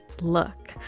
look